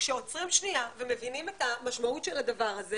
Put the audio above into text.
וכשעוצרים שנייה ומבינים את המשמעות של הדבר הזה